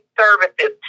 services